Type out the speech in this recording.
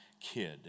kid